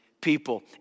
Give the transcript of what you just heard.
people